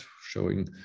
showing